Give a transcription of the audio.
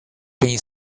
been